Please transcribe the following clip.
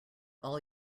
all